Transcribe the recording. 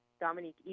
Dominique